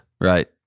right